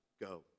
go